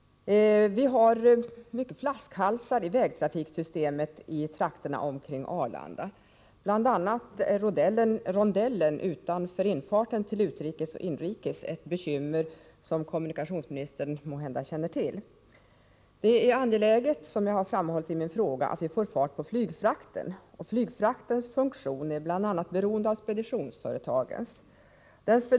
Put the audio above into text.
Vi har många flaskhalsar i vägtrafiksystemet i trakterna kring Arlanda. Bl.a. är rondellen utanför infarten till utrikesoch inrikeshallen ett bekymmer som kommunikationsministern måhända känner till. Det är angeläget, som jag har framhållit i min fråga, att vi får fart på flygfrakten. Flygfraktens funktion är bl.a. beroende av speditionsföretagens funktion.